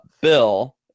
bill